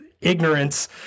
ignorance